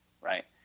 right